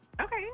Okay